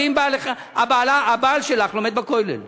זה אם הבעל שלך לומד בכולל.